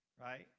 Right